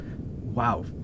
wow